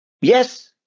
yes